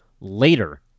later